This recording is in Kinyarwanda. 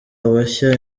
abeshya